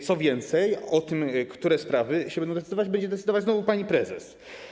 Co więcej, o tym, które sprawy się będą decydować, będzie decydować znowu pani prezes.